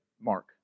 Mark